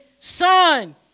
Son